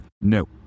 no